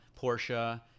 Porsche